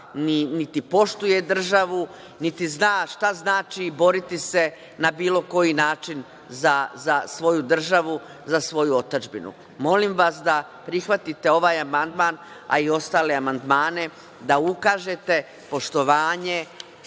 niti poštuje državu, niti zna šta znači boriti se na bilo koji način za svoju državu, za svoju otadžbinu. Molim vas da prihvatite ovaj amandman, a i ostale amandmane, da ukažete poštovanje